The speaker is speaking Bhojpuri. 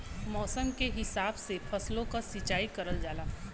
मौसम के हिसाब से फसलो क सिंचाई करल जाला